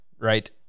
right